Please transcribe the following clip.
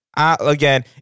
Again